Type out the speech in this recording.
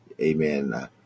Amen